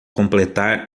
completar